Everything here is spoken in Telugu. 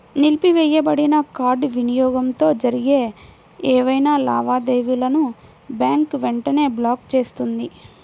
నిలిపివేయబడిన కార్డ్ వినియోగంతో జరిగే ఏవైనా లావాదేవీలను బ్యాంక్ వెంటనే బ్లాక్ చేస్తుంది